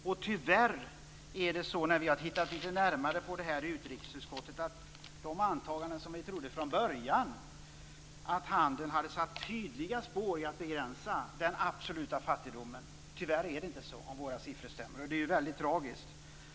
Utrikesutskottet har tittat lite närmare på dessa frågor. Vi gjorde från början antaganden att handeln hade satt tydliga spår i att begränsa den absoluta fattigdomen. Om våra siffror stämmer är det tyvärr inte så. Det är tragiskt.